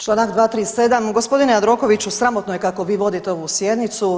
Članak 237., gospodine Jandrokoviću sramotno je kako vi vodite ovu sjednicu.